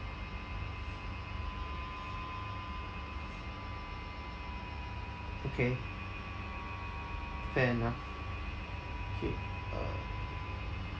okay fair enough K uh